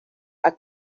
are